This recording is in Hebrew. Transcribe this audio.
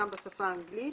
גם בשפה האנגלית.